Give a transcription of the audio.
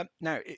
Now